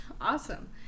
awesome